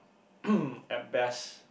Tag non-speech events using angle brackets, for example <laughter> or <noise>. <noise> at best